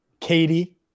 Katie